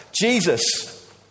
Jesus